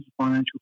financial